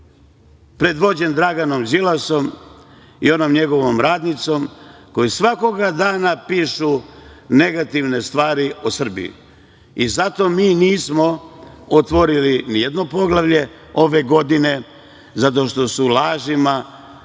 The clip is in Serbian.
predvođen Draganom Đilasom i onom njegovom radnicom, koji svakoga dana pišu negativne stvari o Srbiji. Zato mi nismo otvorili nijedno poglavlje ove godine, zato što su lažima